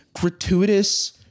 gratuitous